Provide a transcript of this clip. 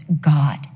God